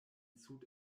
sud